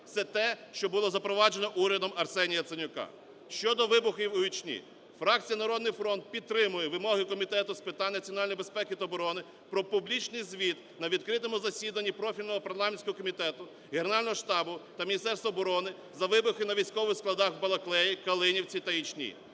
все те, що було запроваджено урядом Арсенія Яценюка. Щодо вибухів у Ічні. Фракція "Народний фронт" підтримує вимоги Комітету з питань національної безпеки та оборони про публічний звіт на відкритому засіданні профільного парламентського комітету, Генерального штабу та Міністерства оборони за вибухи на військових складах в Балаклії, Калинівці та Ічні.